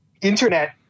Internet